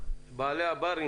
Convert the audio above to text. סער אשל, נציג בעלי הברים.